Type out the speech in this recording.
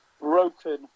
Broken